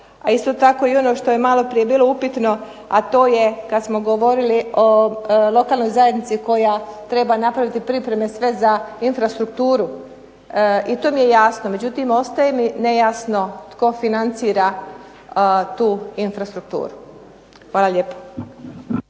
isto tako i ono što je maloprije bilo upitno a to je kad smo govorili o lokalnoj zajednici koja treba napraviti pripreme sve za infrastrukturu i to mi je jasno. Međutim, ostaje mi nejasno tko financira tu infrastrukturu. Hvala lijepo.